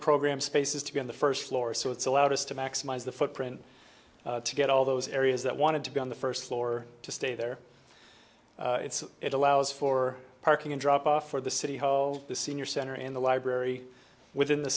program spaces to be on the first floor so it's allowed us to maximize the footprint to get all those areas that wanted to be on the first floor to stay there it allows for parking and drop off for the city hall the senior center in the library within the